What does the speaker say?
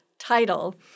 title